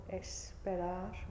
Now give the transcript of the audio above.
esperar